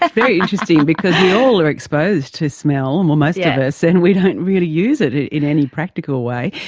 ah very interesting, because we all are exposed to smell, and well most yeah of us, and we don't really use it it in any practical way.